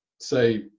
say